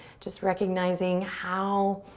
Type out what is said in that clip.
just recognizing how